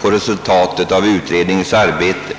på resultatet av utredningens arbete.